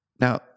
Now